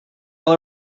tell